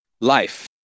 life